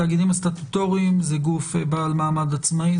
התאגידים הסטטוטוריים זה גוף בעל מעמד עצמאי.